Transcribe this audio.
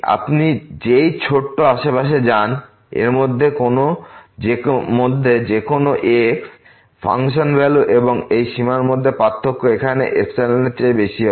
আপনি যেই ছোট্ট আশেপাশে যান এবং এর মধ্যে যেকোনো x ফাংশন ভ্যালু এবং এই সীমার মধ্যে পার্থক্য এখানে এর চেয়ে বেশি হবে